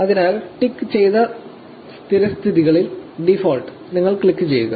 അതിനാൽ ടിക്ക് ചെയ്ത സ്ഥിരസ്ഥിതികളിൽ ഡീഫോൾട് നിങ്ങൾ ക്ലിക്കുചെയ്യുക